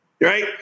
Right